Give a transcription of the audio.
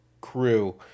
crew